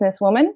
businesswoman